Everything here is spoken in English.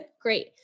great